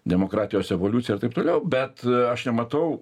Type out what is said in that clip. demokratijos evoliucija ir taip toliau bet aš nematau